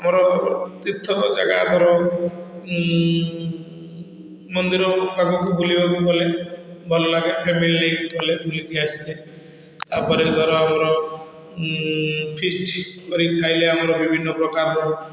ଆମର ତୀର୍ଥ ଯାଗା ଧର ମନ୍ଦିର ପାଖକୁ ବୁଲିବାକୁ ଗଲେ ଭଲ ଲାଗେ ଫ୍ୟାମିଲି ନେଇକି ଗଲେ ବୁଲିକି ଆସିଲେ ତା'ପରେ ଧର ଆମର ଫିଷ୍ଟ ବିଷ୍ଟ କରିକି ଖାଇଲେ ଆମର ବିଭିନ୍ନପ୍ରକାରର